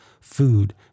food